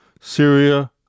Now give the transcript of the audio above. Syria